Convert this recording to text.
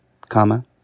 comma